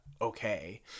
okay